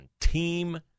Team